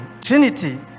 Trinity